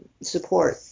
support